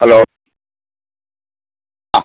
hello ആ